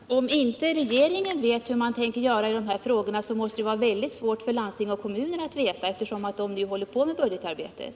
Herr talman! Om inte regeringen vet hur man tänker göra i de här frågorna, 21 november 1978 måste det vara väldigt svårt för landsting och kommuner att veta det, eftersom de nu håller på med budgetarbetet.